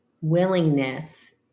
willingness